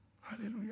Hallelujah